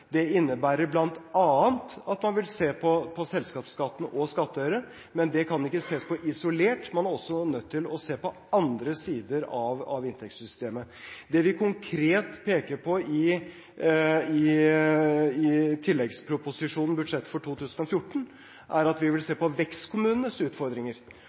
Det innebærer bl.a. at man vil se på selskapsskatten og skattøren, men det kan ikke ses på isolert, man er også nødt til å se på andre sider av inntektssystemet. Det vi konkret peker på i tilleggsproposisjonen, budsjettet for 2014, er at vi vil se på vekstkommunenes utfordringer.